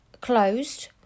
closed